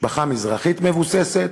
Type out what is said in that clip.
משפחה מזרחית מבוססת,